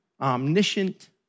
omniscient